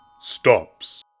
stops